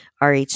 RH